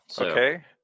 Okay